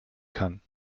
kann